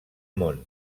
món